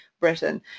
britain